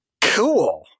Cool